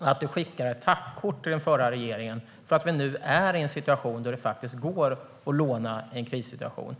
att du skickar ett tackkort till den förra regeringen för att det nu faktiskt går att låna i en krissituation?